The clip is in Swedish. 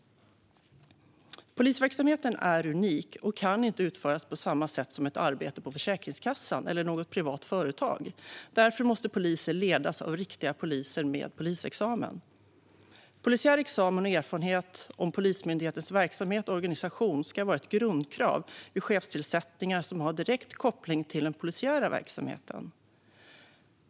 Polisverksamheten är unik och kan inte utföras på samma sätt som ett arbete på Försäkringskassan eller något privat företag. Därför måste poliser ledas av riktiga poliser med polisexamen. Polisiär examen och erfarenhet av Polismyndighetens verksamhet och organisation ska vara grundkrav vid chefstillsättningar som har direkt koppling till den polisiära verksamheten.